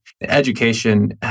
Education